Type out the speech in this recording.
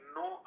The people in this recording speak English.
no